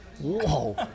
Whoa